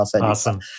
Awesome